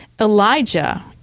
elijah